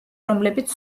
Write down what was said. რომლებიც